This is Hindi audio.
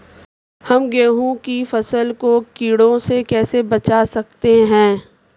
हम गेहूँ की फसल को कीड़ों से कैसे बचा सकते हैं?